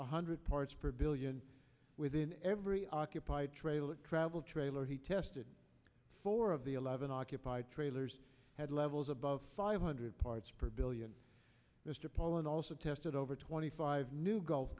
one hundred parts per billion within every occupied trail that travel trailer he tested four of the eleven occupied trailers had levels above five hundred parts per billion mr paul and also tested over twenty five new gulf